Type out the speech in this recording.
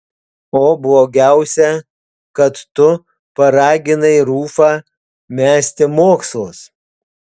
o blogiausia kad tu paraginai rufą mesti mokslus